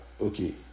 okay